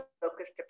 focused